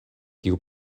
kiu